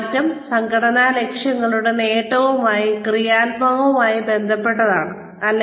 മാറ്റം സംഘടനാ ലക്ഷ്യങ്ങളുടെ നേട്ടവുമായി ക്രിയാത്മകമായി ബന്ധപ്പെട്ടതാണോ